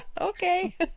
Okay